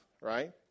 right